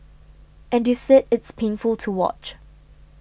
and you said it's painful to watch